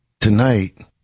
Tonight